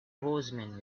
horsemen